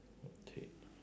okay